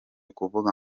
kuvuga